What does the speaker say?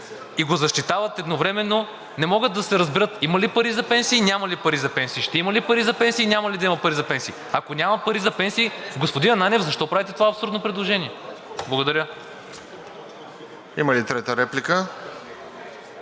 и го защитават едновременно, не могат да се разберат има ли пари за пенсии, няма ли пари за пенсии, ще има ли пари за пенсии, няма ли да има пари за пенсии? Ако няма пари за пенсии, господин Ананиев, защо правите това абсурдно предложение? Благодаря. ПРЕДСЕДАТЕЛ РОСЕН